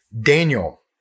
Daniel